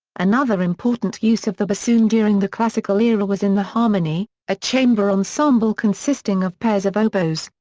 another important use of the bassoon during the classical era was in the harmonie, a chamber ensemble consisting of pairs of oboes,